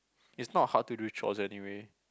it's not hard to do chores anyway